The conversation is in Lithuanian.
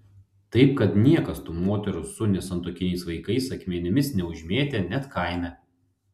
taip kad niekas tų moterų su nesantuokiniais vaikais akmenimis neužmėtė net kaime